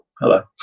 hello